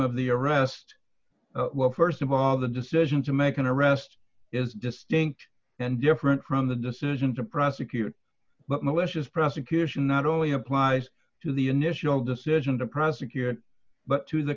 of the arrest well st of all the decision to make an arrest is distinct and different from the decision to prosecute but malicious prosecution not only applies to the initial decision to prosecute but to the